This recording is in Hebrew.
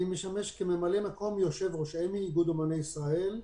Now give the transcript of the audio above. אני משמש כממלא מקום יושב-ראש אמ"י איגוד אומני ישראל.